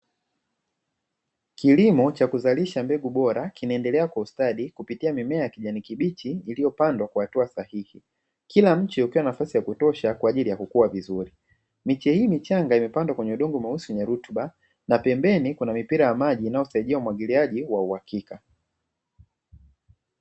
Kilimo cha kuzalisha mbegu bora kinaendelea kwa ustadi kupitia mimea ya kijani kibichi iliyopandwa kwa hatua sahihi. Kila mche ukiwa na nafasi ya kutosha kwa ajili ya kukua vizuri. Miche hii michanga imepandwa kwenye udongo mweusi wenye rutuba na pembeni kuna mipira ya maji inayosaidia umwagiliaji wa uhakika.